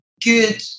good